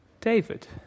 David